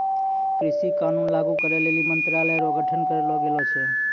कृषि कानून लागू करै लेली मंत्रालय रो गठन करलो गेलो छै